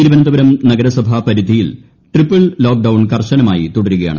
തിരുവനന്തപുരം നഗരസഭാ പരിധിയിൽ triple lockdown കർശനമായി തുടരുകയാണ്